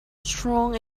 strong